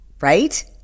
right